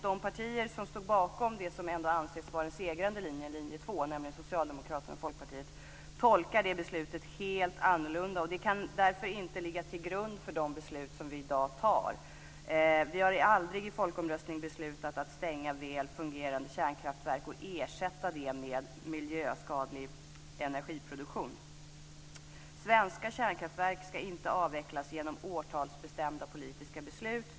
De partier som stod bakom det som ändå anses vara den segrande linjen, linje 2, nämligen Socialdemokraterna och Folkpartiet, tolkar det resultatet helt annorlunda. Det kan därför inte ligga till grund för de beslut vi i dag fattar. Vi har aldrig i folkomröstning beslutat att stänga väl fungerande kärnkraftverk och ersätta det med miljöskadlig energiproduktion. Svenska kärnkraftverk ska inte avvecklas genom årtalsbestämda politiska beslut.